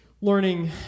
learning